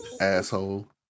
Asshole